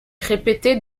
répété